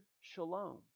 shalom